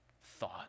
thought